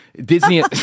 Disney